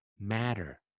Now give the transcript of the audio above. matter